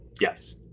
Yes